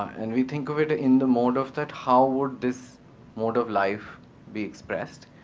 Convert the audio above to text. and we think of it in the mode of that how would this mode of life be expressed,